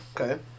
Okay